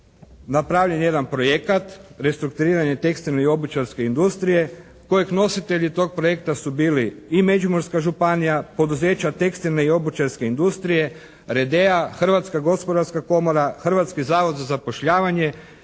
napravljen jedan projekat "Restrukturiranje tekstilne i obućarske industrije" kojeg nositelji tog projekta su bili i Međimurska županija, poduzeća tekstilne i obućarske industrije, "Redea", Hrvatska gospodarska komora, Hrvatski zavod za zapošljavanje